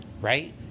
right